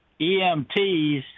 EMTs